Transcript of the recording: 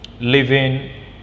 living